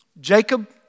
Jacob